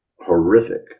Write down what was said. horrific